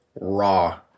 raw